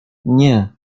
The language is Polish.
nie